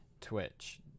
Twitch